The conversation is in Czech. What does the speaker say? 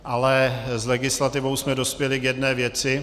Ale s legislativou jsme dospěli k jedné věci.